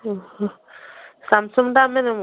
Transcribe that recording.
ଓହଃ ସାମସଙ୍ଗଟା ଆମେ ନେବୁ